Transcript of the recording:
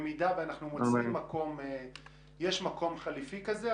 במידה שיש מקום חלופי כזה,